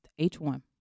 H1